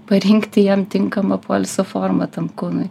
parinkti jam tinkamą poilsio formą tam kūnui